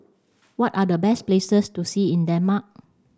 what are the best places to see in Denmark